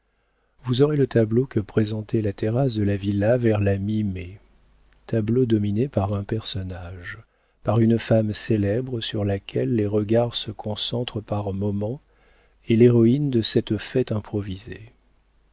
vous aurez le tableau que présentait la terrasse de la villa vers la mi mai tableau dominé par un personnage par une femme célèbre sur laquelle les regards se concentrent par moments et l'héroïne de cette fête improvisée